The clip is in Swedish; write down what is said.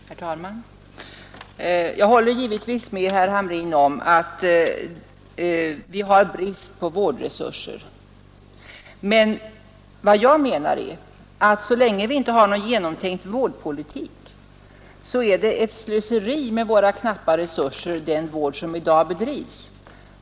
Herr talman! Jag håller givetvis med herr Hamrin om att vi har brist på vårdresurser. Men vad jag menar är att så länge vi inte har någon genomtänkt vårdpolitik innebär den vård som i dag bedrivs ett slöseri med våra knappa resurser.